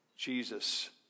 Jesus